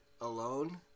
alone